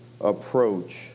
approach